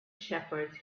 shepherds